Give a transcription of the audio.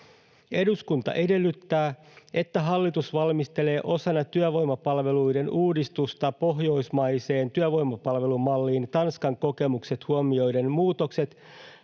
Eduskunta edellyttää, että hallitus valmistelee osana työvoimapalveluiden uudistusta pohjoismaiseen työvoimapalvelumalliin Tanskan kokemukset huomioiden muutokset,